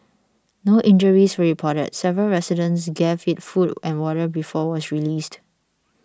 no injuries were reported several residents gave it food and water before was released